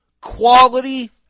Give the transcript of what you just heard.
quality